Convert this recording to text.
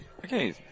Okay